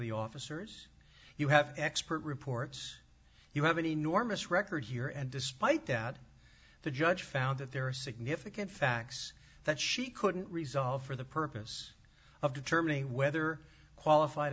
the officers you have expert reports you have an enormous record here and despite that the judge found that there are significant facts that she couldn't resolve for the purpose of determining whether qualified